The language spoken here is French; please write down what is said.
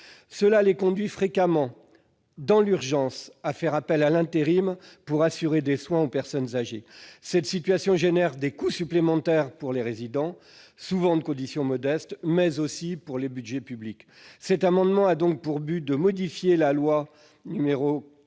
Cela les conduit fréquemment à faire appel, dans l'urgence, à l'intérim pour assurer des soins aux personnes âgées. Cette situation suscite des coûts supplémentaires pour les résidents, souvent de condition modeste, mais aussi pour les budgets publics. Cet amendement a donc pour objet de modifier la loi du 26